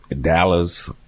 Dallas